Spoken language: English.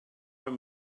him